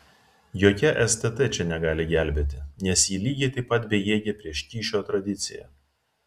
jokia stt čia negali gelbėti nes ji lygiai taip pat bejėgė prieš kyšio tradiciją